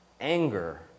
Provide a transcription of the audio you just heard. anger